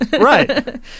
right